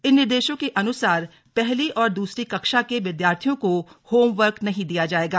इन निर्देशों के अनुसार पहली और दूसरी कक्षा के विद्यार्थियों को होमवर्क नहीं दिया जाएगा